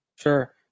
Sure